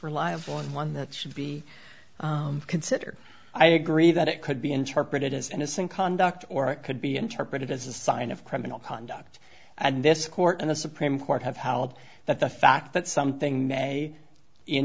reliable and one that should be considered i agree that it could be interpreted as innocent conduct or it could be interpreted as a sign of criminal conduct and this court and the supreme court have howled that the fact that something may in